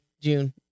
June